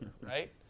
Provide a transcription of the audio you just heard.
right